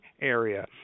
area